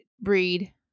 breed